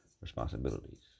responsibilities